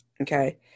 okay